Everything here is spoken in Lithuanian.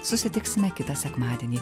susitiksime kitą sekmadienį